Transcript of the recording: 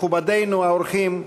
מכובדינו האורחים,